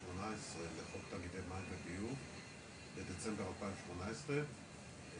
לחוק תאגידי המים והביוב בדצמבר 2018,